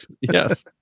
Yes